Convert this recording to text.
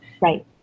Right